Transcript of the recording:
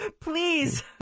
Please